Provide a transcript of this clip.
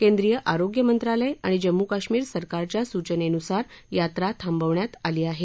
केंद्रीय आरोग्य मंत्रालय आणि जम्मू कश्मीर सरकारच्या सूचनेनुसार यात्रा थांबवण्यात आली आहे